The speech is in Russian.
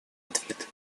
ответ